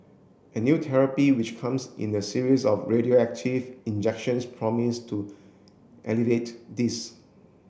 a new therapy which comes in the series of radioactive injections promise to alleviate this